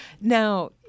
Now